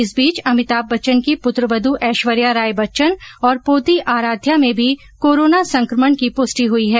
इस बीच अमिताभ बच्चन की पुत्र वध ऐश्वर्या राय बच्चन और पोती आराध्या में भी कोरोना संकमण की पुष्टि हुई है